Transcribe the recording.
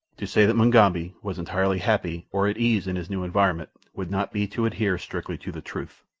to say that mugambi was entirely happy or at ease in his new environment would not be to adhere strictly to the truth.